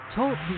Talk